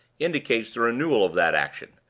indicates the renewal of that action,